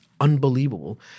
unbelievable